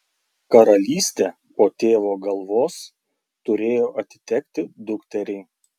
karalystė po tėvo galvos turėjo atitekti dukteriai